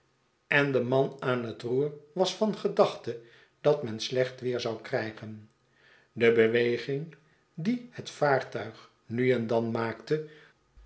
en de man aan het roer was van gedachte dat men slecht weer zou krijgen de beweging die het vaartuig nu en dan maakte